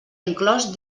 inclòs